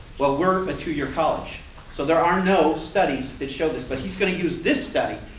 well we're a two-year college so there are no studies that show this but he's going to use this study.